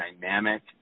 dynamic